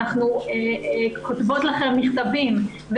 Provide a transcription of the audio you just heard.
אנחנו כותבות לכם מכתבים,